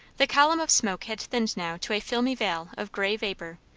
the column of smoke had thinned now to a filmy veil of grey vapour,